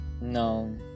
no